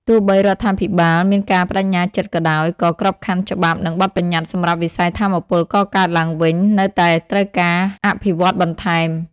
ទោះបីរដ្ឋាភិបាលមានការប្តេជ្ញាចិត្តក៏ដោយ ក៏ក្របខ័ណ្ឌច្បាប់ និងបទប្បញ្ញត្តិសម្រាប់វិស័យថាមពលកកើតឡើងវិញនៅតែត្រូវការការអភិវឌ្ឍបន្ថែម។